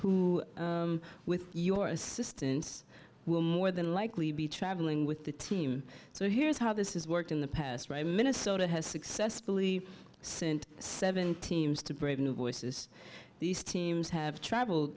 who with your assistance will more than likely be traveling with the team so here's how this is worked in the past right minnesota has successfully sent seven teams to brave new voices these teams have traveled